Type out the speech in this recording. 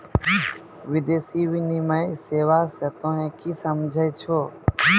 विदेशी विनिमय सेवा स तोहें कि समझै छौ